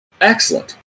Excellent